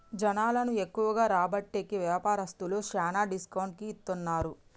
జనాలను ఎక్కువగా రాబట్టేకి వ్యాపారస్తులు శ్యానా డిస్కౌంట్ కి ఇత్తన్నారు